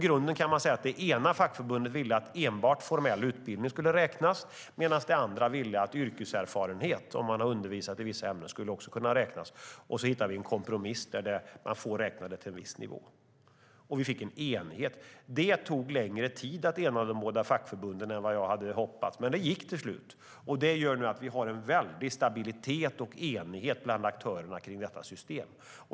Man kan säga att det ena fackförbundet ville att enbart en formell utbildning skulle räknas, medan det andra ville att yrkeserfarenhet, om man har undervisat i vissa ämnen, också skulle räknas. Vi hittade en kompromiss så att man får räkna det till en viss nivå. Vi fick enighet. Det tog längre tid att ena de två fackförbunden än vad jag hade hoppats, men det gick till slut. Det gör att vi nu en har stabilitet och enighet bland aktörerna kring detta system.